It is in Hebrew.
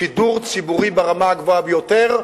שידור ציבורי ברמה הגבוהה ביותר,